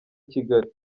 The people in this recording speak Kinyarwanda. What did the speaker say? kigali